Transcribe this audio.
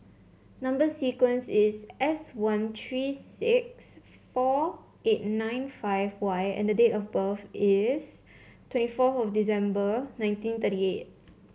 number sequence is S one three six four eight nine five Y and the date of birth is twenty four of December nineteen thirty eight